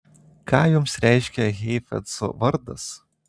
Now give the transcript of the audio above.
ką jums reiškia heifetzo vardas